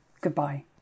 goodbye